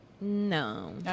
No